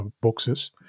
boxes